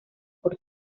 por